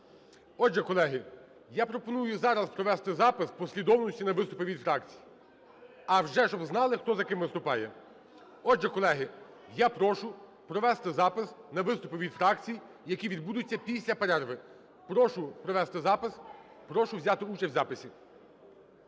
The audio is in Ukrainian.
Отже, колеги, я пропоную зараз провести запис послідовності на виступи від фракцій. А вже щоб знали, хто за ким виступає. Отже, колеги, я прошу провести запис на виступи від фракцій, які відбудуться після перерви. Прошу провести запис. Прошу взяти участь в записі.